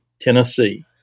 Tennessee